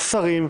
שרים,